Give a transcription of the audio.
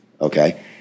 okay